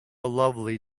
lovely